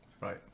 Right